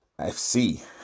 FC